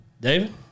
David